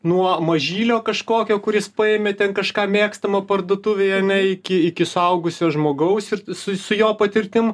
nuo mažylio kažkokio kuris paėmė ten kažką mėgstamo parduotuvėj ane iki iki suaugusio žmogaus ir su su jo patirtim